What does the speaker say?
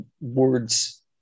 words